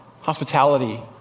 Hospitality